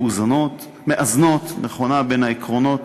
מאזנות נכונה בין העקרונות